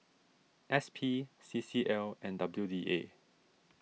S P C C L and W D A